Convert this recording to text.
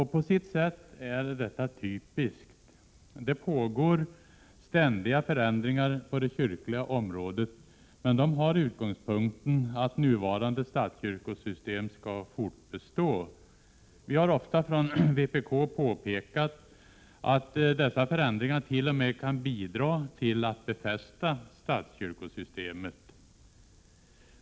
På sitt sätt är detta typiskt. Det pågår ständiga förändringar på det kyrkliga området, men utgångspunkten är att nuvarande statskyrkosystem skall fortbestå. Vi har ofta från vpk påpekat att dessa förändringar t.o.m. kan bidra till att befästa statskyrkosystemet.